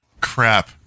crap